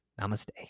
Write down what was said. Namaste